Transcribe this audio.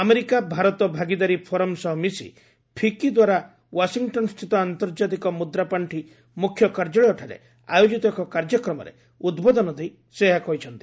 America Bharat ଭାଗିଦାରି forum ସହ ମିଶି ଫିକି ଦ୍ୱାରା ଓ୍ୱାଶିଂଟନ୍ସ୍ଥିତ ଆନ୍ତର୍ଜାତିକ ମୁଦ୍ରାପାର୍ଷି ମୁଖ୍ୟ କାର୍ଯ୍ୟାଳୟଠାରେ ଆୟୋଜିତ ଏକ କାର୍ଯ୍ୟକ୍ରମରେ ଉଦ୍ବୋଧନ ଦେଇ ସେ ଏହା କହିଛନ୍ତି